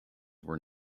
were